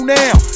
now